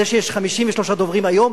זה שיש 53 דוברים היום,